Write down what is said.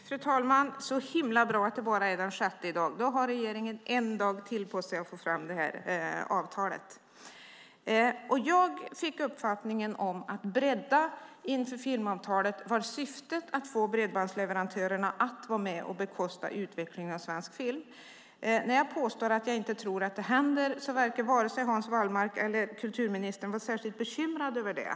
Fru talman! Det är väldigt bra att det bara är den 6 december i dag. Då har regeringen en dag till på sig att få fram avtalet. Jag fick uppfattningen att syftet med att bredda inför filmavtalet var att få bredbandsleverantörerna att vara med och bekosta utvecklingen av svensk film. När jag påstår att jag inte tror att det händer verkar vare sig Hans Wallmark eller kulturministern vara särskilt bekymrade över det.